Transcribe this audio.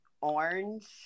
Orange